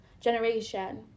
generation